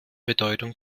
bedeutung